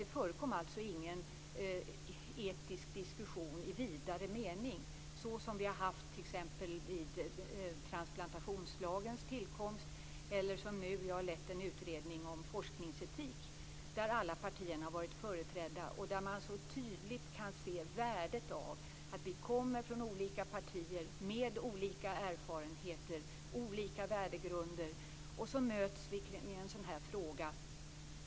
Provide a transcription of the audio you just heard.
Det förekom alltså ingen etisk diskussion i vidare mening, som vi har haft t.ex. vid transplantationslagens tillkomst eller som när jag nu har lett en utredning om forskningsetik, där alla partierna har varit företrädda. Man kan så tydligt se värdet av att vi kommer från olika partier med olika erfarenheter, olika värdegrunder, och möts kring en sådan här fråga.